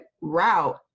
route